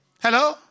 Hello